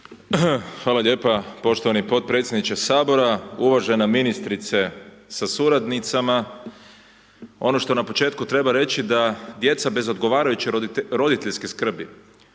Hvala lijepo poštovani potpredsjedniče Sabora, uvažena ministrice sa suradnicama. Ono što na početku treba reći, da djeca bez odgovarajuće roditeljske skrbi,